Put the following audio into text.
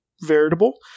veritable